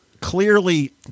clearly